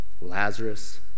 Lazarus